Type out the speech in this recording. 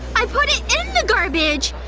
i put it in the garbage!